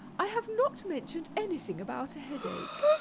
i have not mentioned anything about a headache.